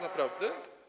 Naprawdę?